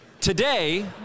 Today